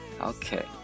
Okay